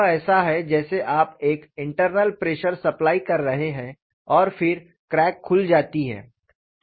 यह ऐसा है जैसे आप एक इंटरनल प्रेशर सप्लाई कर रहे है और फिर क्रैक खुल जाती है